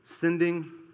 sending